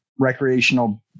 recreational